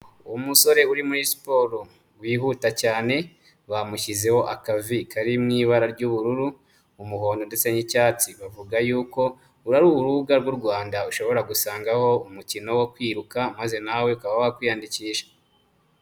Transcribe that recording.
Umusore uri muri siporo, wihuta cyane bamushyizeho aka vi kari mu ibara ry'ubururu umuhondo ndetse n'icyatsi, bavuga yuko uru ari urubuga rw'u Rwanda ushobora gusangaho umukino wo kwiruka maze nawe ukaba wakwiyandikisha.